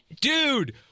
Dude